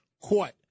Court